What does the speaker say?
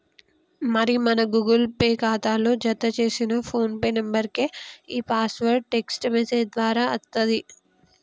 మరి మన Google Pay ఖాతాలో జతచేసిన ఫోన్ నెంబర్కే ఈ పాస్వర్డ్ టెక్స్ట్ మెసేజ్ దారా అత్తది